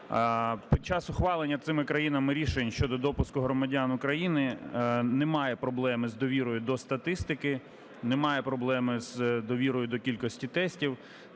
Під час ухвалення цими країнами рішень щодо допуску громадян України немає проблеми з довірою до статистики, немає проблеми з довірою до кількості тестів,